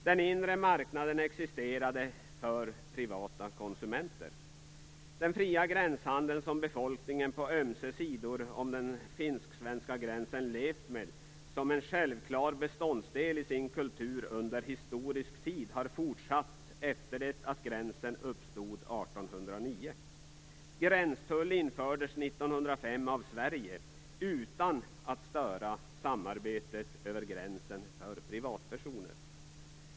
Den inre marknaden existerade för privata konsumenter. Den fria gränshandel som befolkningen på ömse sidor om den finsk-svenska gränsen levt med som en som en självklar beståndsdel i sin kultur under historisk tid, har fortsatt efter det att gränsen uppstod 1809. Gränstull infördes 1905 av Sverige utan att det störde samarbetet över gränsen för privatpersoner.